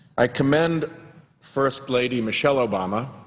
i commend first lady michelle obama